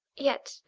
yet